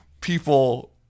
people